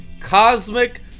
Cosmic